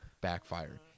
backfired